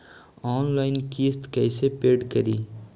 Online किस्त कैसे paid करि?